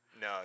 No